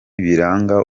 biranga